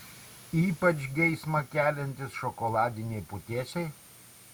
ypač geismą keliantys šokoladiniai putėsiai